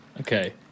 Okay